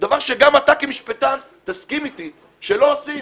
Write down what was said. דבר שגם אתה כמשפטן תסכים איתי שלא עושים.